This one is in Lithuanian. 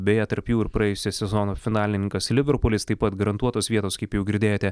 beje tarp jų ir praėjusio sezono finalininkas liverpulis taip pat garantuotos vietos kaip jau girdėjote